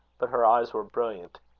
but her eyes were brilliant.